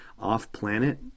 off-planet